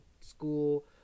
school